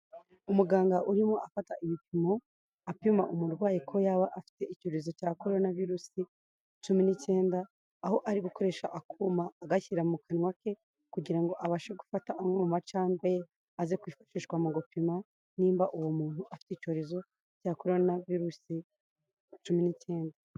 Umuganga urimo afata ibipimo apima umurwayi ko yaba afite icyorezo cya Corona Virus 19, Aho ari gukoresha akuma agashyira mu kanwa ke kugira ngo abashe gufata amwe mumacandwe ye aze kwifashishwa mu gupima niba uwo muntu afite icyorezo cya Corona Virus 19.